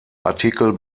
artikel